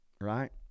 right